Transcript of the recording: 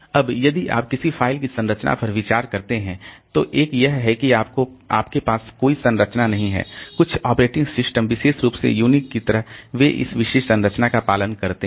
अब यदि आप किसी फ़ाइल की संरचना पर विचार करते हैं तो एक यह है कि आपके पास कोई संरचना नहीं है कुछ ऑपरेटिंग सिस्टम विशेष रूप से यूनिक्स की तरह वे इस विशेष संरचना का पालन करते हैं